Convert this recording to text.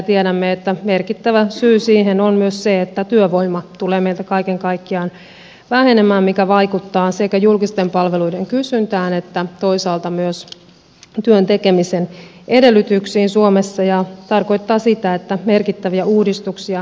tiedämme että merkittävä syy siihen on myös se että työvoima tulee meiltä kaiken kaikkiaan vähenemään mikä vaikuttaa sekä julkisten palveluiden kysyntään että toisaalta myös työn tekemisen edellytyksiin suomessa ja se tarkoittaa sitä että merkittäviä uudistuksia tarvitaan